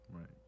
Right